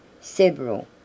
Several